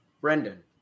Brendan